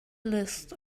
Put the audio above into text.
list